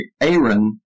Aaron